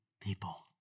people